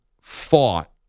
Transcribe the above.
fought